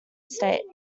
states